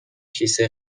کیسه